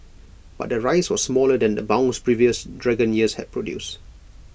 but the rise was smaller than the bounce previous dragon years had produced